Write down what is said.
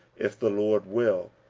if the lord will,